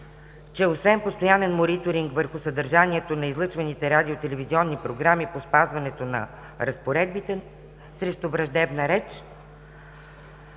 че „освен постоянен мониторинг върху съдържанието на излъчваните радио и телевизионни програми по спазването на разпоредбите срещу враждебна реч“